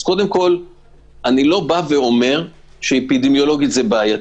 אני לא אומר שאפידמיולוגית זה בעייתי.